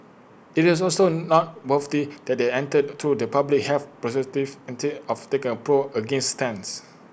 IT is also noteworthy that they entered to the public health perspective instead of taking A pro or against stance